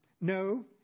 no